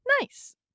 Nice